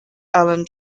alan